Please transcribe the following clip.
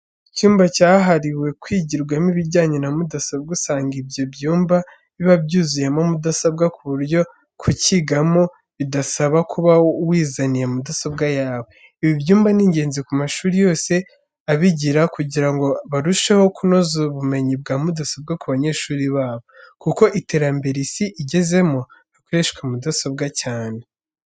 Icyumba cyahariwe kwigirwamo ibinyanye na mudasombwa, usanga ibyo byumba biba byuzuyemo mudasombwa ku buryo kukigamo bidasaba kuba wizaniye mudasobwa yawe. Ibi byumba ni ingenzi ko amashuri yose abigira kugira ngo barusheho kunoza ubumenyi bwa mudasombwa ku banyeshuri babo, kuko iterambere Isi igezemo hakoreshwa mudasombwa cyane.